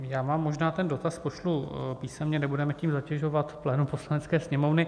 Já vám možná ten dotaz pošlu písemně, nebudeme tím zatěžovat plénum Poslanecké sněmovny.